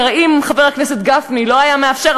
כי הרי אם חבר הכנסת גפני לא היה מאפשר,